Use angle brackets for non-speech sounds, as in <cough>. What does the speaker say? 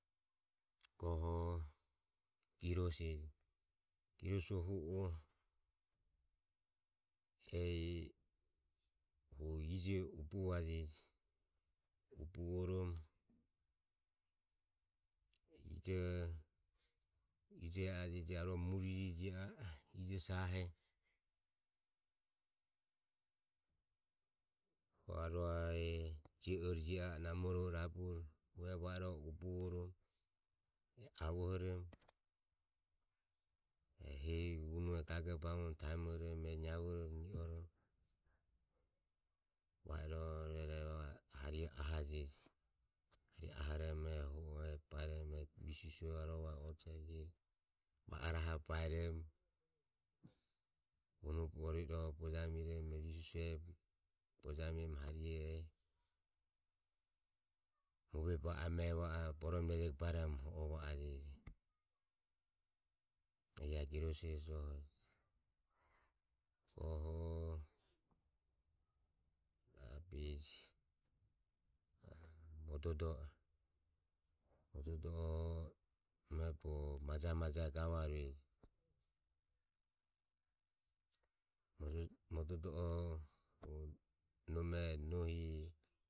<noise> Goho girose je giroso hu o hu hehi ije ubuvaje. Ubuvoromo ijoho, ijo e a jeji arua mue ririre jio a e ijo sahe go arua je <noise> ore jio a e namoro rabure e va iroho ubuvoromo e avohoromo e hehi unoho gagoro bamoromo e taemoromo naevoromo ri oromo va iroho rueroho va ahoromo va ajeje rueroho ahoromo va o visu visue rabe nahoromo baeromo ro bojamiromo visu visuoho bojamiromo hariho mobebo ehi va oromo boromo rejego rueroho va ajeji aveho giroso hesi joho. Goho rabeje <hesitation> mododo e. mododo oho nome bogo maje majae gavarueje, mododo o nome nohi <noise>